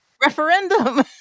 referendum